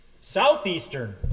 Southeastern